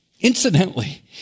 Incidentally